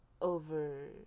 over